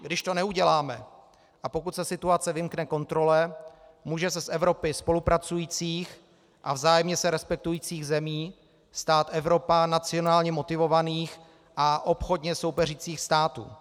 Když to neuděláme a pokud se situace vymkne kontrole, může se z Evropy spolupracujících a vzájemně se respektujících zemí stát Evropa nacionálně motivovaných a obchodně soupeřících států.